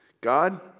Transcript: God